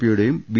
പിയുടെയും ബി